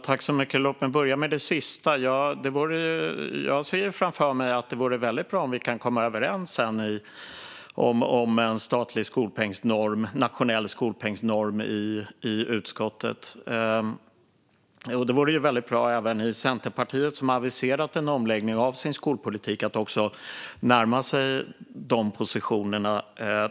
Fru talman! Låt mig börja med det sista. Jag ser framför mig att det vore väldigt bra om vi kunde komma överens om en statlig, nationell skolpengsnorm i utskottet. Det vore, tycker jag, väldigt bra om även Centerpartiet, som har aviserat en omläggning av sin skolpolitik, närmade sig de positionerna.